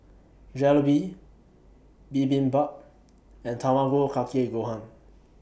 Jalebi Bibimbap and Tamago Kake Gohan